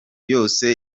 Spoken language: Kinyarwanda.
yose